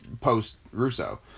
post-Russo